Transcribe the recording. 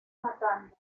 matando